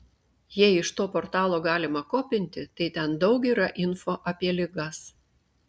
jei iš to portalo galima kopinti tai ten daug yra info apie ligas